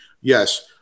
yes